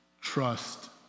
trust